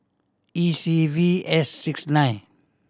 E C V S six nine